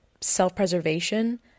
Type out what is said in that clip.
self-preservation